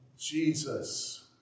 Jesus